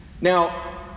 Now